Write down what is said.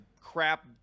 crap